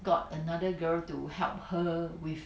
got another girl to help her with